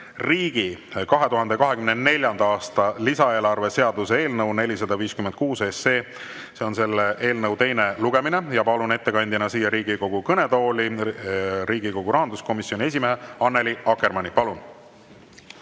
riigi 2024. aasta lisaeelarve seaduse eelnõu 456. See on selle eelnõu teine lugemine. Palun ettekandeks siia Riigikogu kõnetooli Riigikogu rahanduskomisjoni esimehe Annely Akkermanni. Palun!